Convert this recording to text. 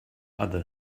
other